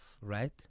right